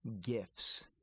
gifts